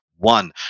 one